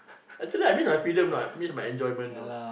actually I miss my freedom a lot miss my enjoyment you know